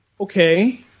okay